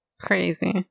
crazy